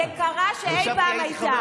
קראתם לי שבדית,